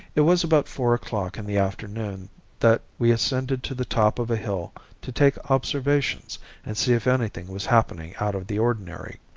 it was about four o'clock in the afternoon that we ascended to the top of a hill to take observations and see if anything was happening out of the ordinary.